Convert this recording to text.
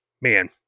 man